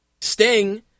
Sting